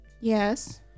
Yes